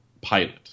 pilot